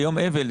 ליום אבל.